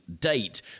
date